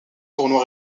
tournois